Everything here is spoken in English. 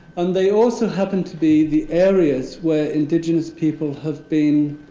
and they also happen to be the areas where indigenous people have been